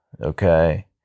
okay